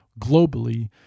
globally